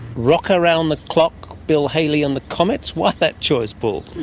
rock around the clock, bill haley and the comets, why that choice, paul?